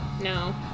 No